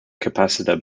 capacitor